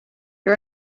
you